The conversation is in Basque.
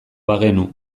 bagenu